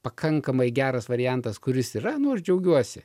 pakankamai geras variantas kuris yra nu aš džiaugiuosi